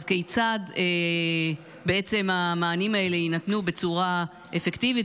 אז כיצד יינתנו המענים האלה בצורה אפקטיבית